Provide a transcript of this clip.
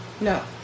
no